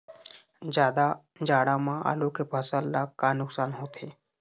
जादा जाड़ा म आलू के फसल ला का नुकसान होथे?